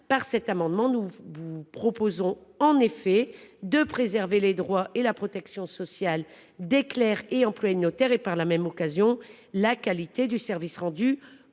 Avec cet amendement, nous proposons de préserver les droits et la protection sociale des clercs et des employés de notaires et, par la même occasion, la qualité du service rendu